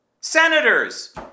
senators